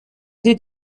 did